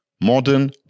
modern